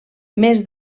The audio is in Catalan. més